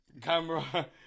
camera